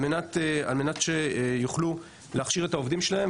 על מנת שיוכלו להכשיר את העובדים שלהם.